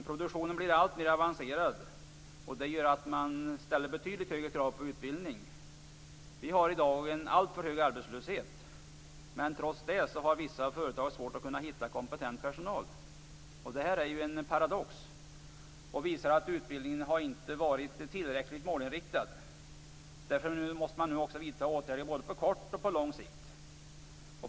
Produktionen blir alltmer avancerad, och det gör att det ställs betydligt högre krav på utbildning. Vi har i dag en alltför hög arbetslöshet, men trots det har vissa företag svårt att hitta kompetent personal. Det här är en paradox, som visar att utbildningen inte har varit tillräckligt målinriktad. Därför måste åtgärder nu vidtas på både kort och lång sikt.